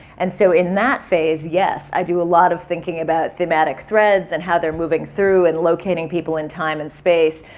and so in that phase, yes. i do a lot of thinking about thematic threads and how they're moving through and locating people in time and space.